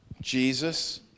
Jesus